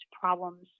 problems